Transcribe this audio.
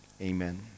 amen